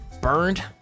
burned